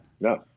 no